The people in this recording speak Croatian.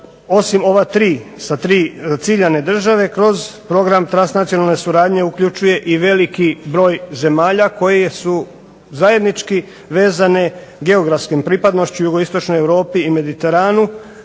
osim ova tri sa tri ciljane države kroz program transnacionalne suradnje uključuje i veliki broj zemlja koje su zajednički vezane geografskom pripadnošću jugoistočne Europe i Mediteranu